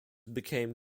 became